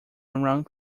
around